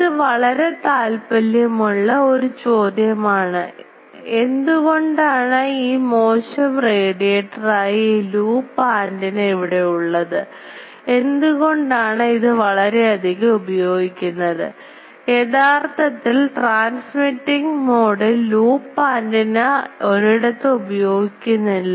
ഇത് വളരെ താല്പര്യമുള്ള ഒരു ചോദ്യമാണ് എന്തുകൊണ്ടാണ് ഈ മോശം റേഡിയേറ്ററായ ഈ ലൂപ്പ് ആന്റിന ഇവിടെ ഉള്ളത്എന്തുകൊണ്ടാണ് ഇത് വളരെയധികം ഉപയോഗിക്കുന്നത് യഥാർത്ഥത്തിൽ ട്രാൻസ്മിറ്റിംഗ് മോഡിൽ ലൂപ്പ് ആന്റിന ഒരിടത്തും ഉപയോഗിക്കുന്നില്ല